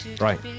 Right